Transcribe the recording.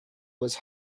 was